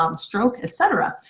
um stroke, et cetera.